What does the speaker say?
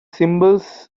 symbols